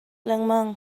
lengmang